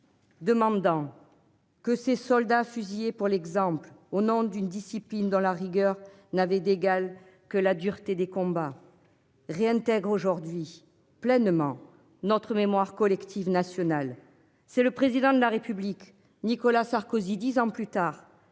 Demandant. Que ces soldats, fusillés pour l'exemple au nom d'une discipline dont la rigueur n'avait d'égale que la dureté des combats. Réintègrent aujourd'hui pleinement notre mémoire collective nationale. C'est le président de la République Nicolas Sarkozy, 10 ans plus tard